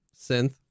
synth